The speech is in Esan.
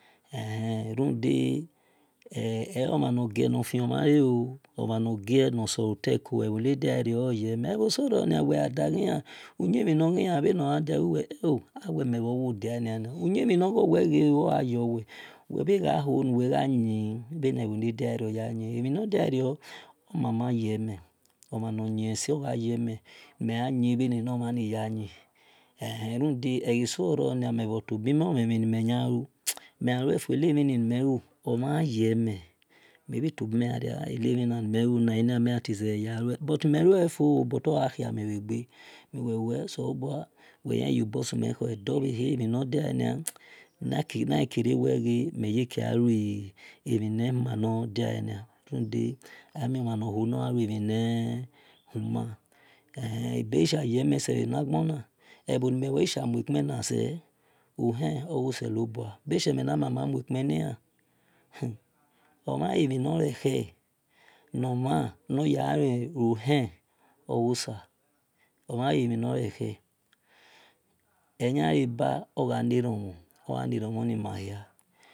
Alh rude eyomhan nogie no fiumhale ooo omhan nogie nor so-o keko ebhose rio wel gha daghian wil wel e o awel mel bho wo dia nia na uyinmhing nor ghi an wel ghe wil gha hol nu-wel gha yin bhe nebho nor diario ya yin emhi nor diano omana yeme omhan nor yin ese omamaye mel mi gha hol m mel gha yin bhe nenor mhani ya-yin ehe rudee eghe so ro nia mebho tobi mel omhan emhisa nime mel bho to bimelu mel gha lue ro mi wel enamhi na ni mel lunu omhan yeme ei-nia mel gha sede ya lue but mel bho lue fo but ogha khia mel bhi nia okhia me bhe gbe riobor sume khu na ghe kae emu bhi nia ni mel ghe kie lue rude amie on mhan nor hol nor gha lue mhi ne himu omhan e mi ni ekhe nor mhan gha lue mhi nor gho hen ogho sa eyan leba oghe ne eumhuni mahia